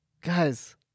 guys